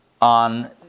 on